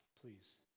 please